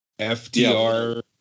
FDR